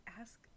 ask